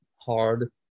Hard